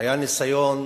היה ניסיון